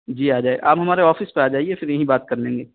جی آ جائے آپ ہمارے آفس پہ آ جائیے پھر یہیں بات کر لیں گے